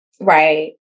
right